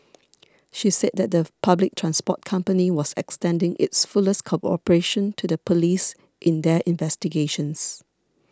she said that the public transport company was extending its fullest cooperation to the police in their investigations